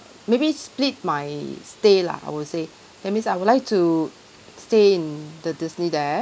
maybe split my stay lah I would say that means I would like to stay in the disney there